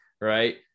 right